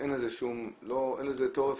ואין לזה --- של תקציב.